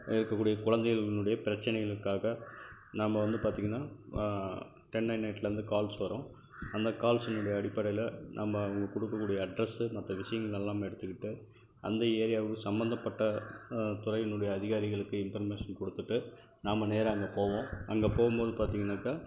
இருக்கக்கூடிய குழந்தைகளுடைய பிரச்சினைகளுக்காக நாம் வந்து பார்த்தீங்கன்னா டென் நயன் நயன் எயிட்லிருந்து கால்ஸ் வரும் அந்த கால்ஸுனுடைய அடிப்படையில் நம்ம அவங்க கொடுக்கக்கூடிய அட்ரஸ்ஸு மற்ற விஷயங்களெல்லாம் எடுத்துக்கிட்டு அந்த ஏரியாவுக்கு சம்பந்தப்பட்ட துறையினுடைய அதிகாரிகளுக்கு இன்ஃபர்மேஷன் கொடுத்துட்டு நாம் நேராக அங்கே போவோம் அங்கே போகும்போது பார்த்தீங்கன்னாக்கா